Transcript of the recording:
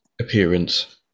appearance